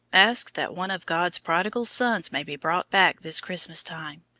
ask that one of god's prodigal sons may be brought back this christmas time.